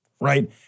right